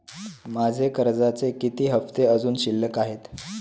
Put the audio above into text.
माझे कर्जाचे किती हफ्ते अजुन शिल्लक आहेत?